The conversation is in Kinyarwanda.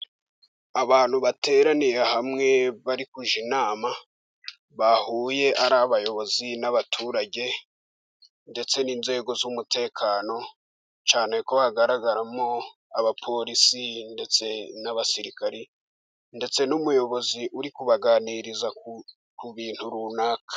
Abantu bateraniye hamwe bari kajya inama. Bahuye ari abayobozi n'abaturage ndetse n'inzego z'umutekano, cyane ko hagaragaramo abapolisi ndetse n'abasirikari, ndetse n'umuyobozi uri kubaganiriza ku bintu runaka.